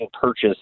purchase